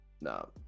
No